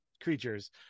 creatures